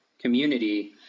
community